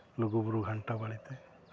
ᱞᱩᱜᱩᱼᱵᱩᱨᱩ ᱜᱷᱟᱱᱴᱟ ᱵᱟᱲᱮᱛᱮ